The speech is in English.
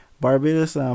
Barbados